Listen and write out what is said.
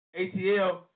ATL